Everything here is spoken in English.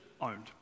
owned